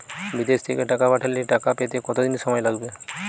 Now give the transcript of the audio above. বিদেশ থেকে টাকা পাঠালে টাকা পেতে কদিন সময় লাগবে?